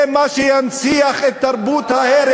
טוב מאוד.